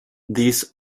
these